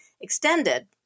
extended